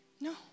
No